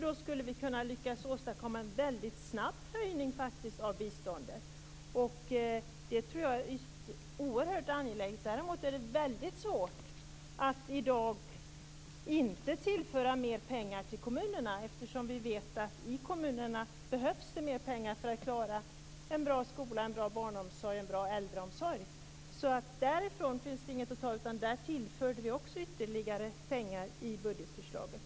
Då skulle vi kunna åstadkomma en väldigt snabb höjning av biståndet. Jag tror att det är oerhört angeläget. Däremot är det väldigt svårt att i dag inte tillföra mer pengar till kommunerna. Vi vet ju att det behövs mer pengar i kommunerna för att klara en bra skola, en bra barnomsorg och en bra äldreomsorg. Där finns det inget att ta. Vi tillförde ytterligare pengar där också i budgetförslaget.